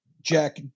Jack